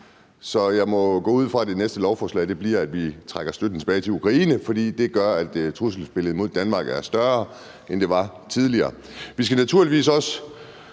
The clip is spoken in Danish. så jeg må gå ud fra, at det næste lovforslag handler om, at vi trækker støtten til Ukraine tilbage, for den gør, at trusselsbilledet mod Danmark er større, end det var tidligere.